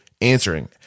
answering